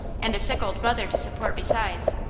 and a sick old mother to support besides.